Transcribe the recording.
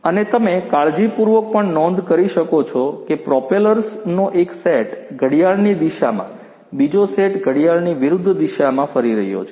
અને તમે કાળજીપૂર્વક પણ નોંધ કરી શકો છો કે પ્રોપેલર્સનો એક સેટ ઘડિયાળની દિશામાં બીજો સેટ ઘડિયાળની વિરુદ્ધ દિશામાં ફરી રહ્યો છે